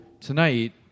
tonight